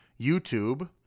YouTube